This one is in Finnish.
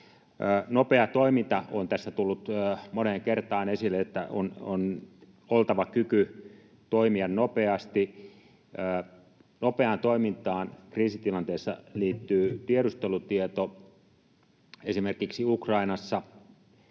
Nopea toiminta on tässä tullut moneen kertaan esille, se, että on oltava kyky toimia nopeasti. Nopeaan toimintaan kriisitilanteessa liittyy tiedustelutieto. Esimerkiksi kun